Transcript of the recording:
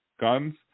guns